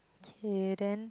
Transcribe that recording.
k then